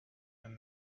and